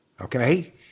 Okay